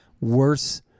worse